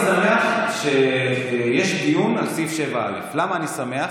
אני שמח שיש דיון על סעיף 7א. למה אני שמח?